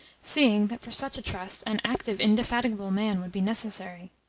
seeing that for such a trust an active, indefatigable man would be necessary.